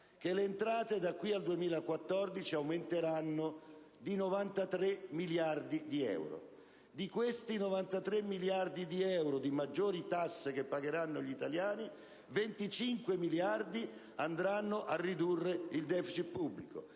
le entrate da qui al 2014 aumenteranno di 93 miliardi di euro. Di questi 93 miliardi di euro di maggiori tasse che pagheranno gli italiani, 25 miliardi di euro andranno a ridurre il deficit pubblico,